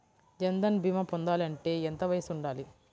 జన్ధన్ భీమా పొందాలి అంటే ఎంత వయసు ఉండాలి?